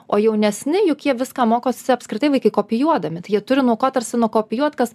o jaunesni juk jie viską mokosi apskritai vaikai kopijuodami tai jie turi nuo ko tarsi nukopijuot kas